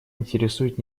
интересует